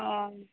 ᱚᱸ